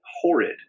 horrid